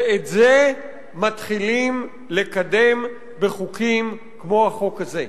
ואת זה מתחילים לקדם בחוקים כמו החוק הזה.